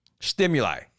stimuli